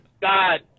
God